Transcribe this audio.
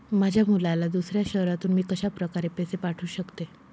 माझ्या मुलाला दुसऱ्या शहरातून मी कशाप्रकारे पैसे पाठवू शकते?